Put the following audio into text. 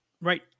Right